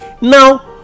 now